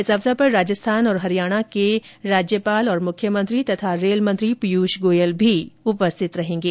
इस अवसर पर राजस्थान और हरियाणा के राज्यपाल और मुख्यमंत्री तथा रेलमंत्री पीयूष गोयल भी उपस्थित रहेंगे